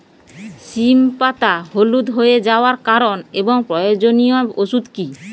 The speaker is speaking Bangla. সিম পাতা হলুদ হয়ে যাওয়ার কারণ এবং প্রয়োজনীয় ওষুধ কি?